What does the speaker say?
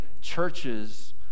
churches